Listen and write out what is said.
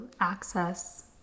access